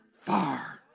far